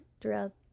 throughout